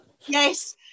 yes